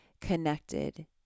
connected